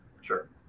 Sure